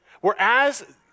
Whereas